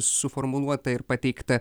suformuluota ir pateikta